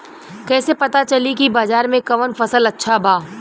कैसे पता चली की बाजार में कवन फसल अच्छा बा?